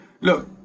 Look